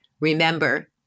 remember